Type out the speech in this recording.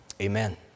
Amen